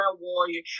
warrior